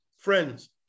friends